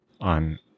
On